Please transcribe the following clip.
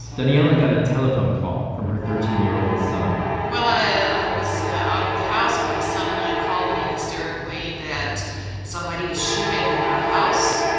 daniella got a telephone call from her thirteen year old son well i was out of the house and my son ah called me hysterically that someone is shooting at our house.